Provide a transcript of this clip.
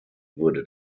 wurde